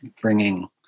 bringing